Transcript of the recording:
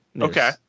Okay